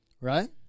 right